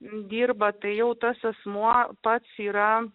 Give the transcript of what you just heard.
dirba tai jau tas asmuo pats yra